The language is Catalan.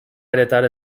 heretar